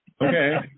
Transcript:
Okay